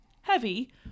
heavy